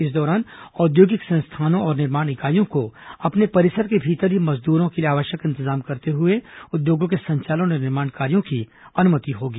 इस दौरान औद्योगिक संस्थानों और निर्माण इकाइयों को अपने परिसर के भीतर ही मजदूरों के लिए आवश्यक इंतजाम करते हुए उद्योगों के संचालन और निर्माण कार्यो की अनुमति होगी